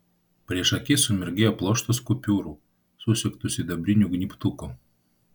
prieš akis sumirgėjo pluoštas kupiūrų susegtų sidabriniu gnybtuku